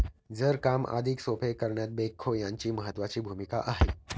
जड काम अधिक सोपे करण्यात बेक्हो यांची महत्त्वाची भूमिका आहे